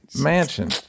mansion